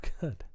good